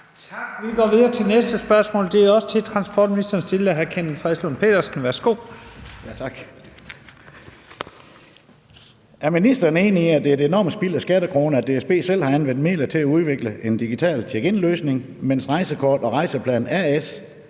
Petersen. Kl. 14:26 Spm. nr. S 221 14) Til transportministeren af: Kenneth Fredslund Petersen (DD): Er ministeren enig i, at det er et enormt spild af skattekroner, at DSB selv har anvendt midler til at udvikle en digital checkinløsning, mens Rejsekort & Rejseplan A/S